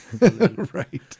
Right